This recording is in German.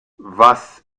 was